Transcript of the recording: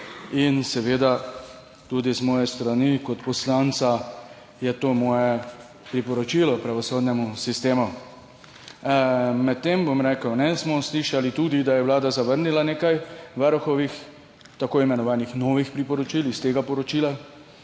odločanje. Tudi z moje strani kot poslanca je to moje priporočilo pravosodnemu sistemu. Medtem, bom rekel, smo slišali tudi, da je Vlada zavrnila nekaj varuhovih tako imenovanih novih priporočil iz tega poročila